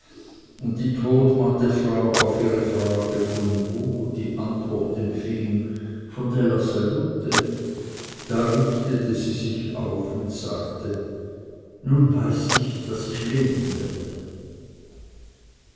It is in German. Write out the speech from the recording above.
und die todmatte frau auf ihre frage von wo die antwort empfing von della salute da richtete sie sich auf und sagte nun weiß ich daß ich leben werde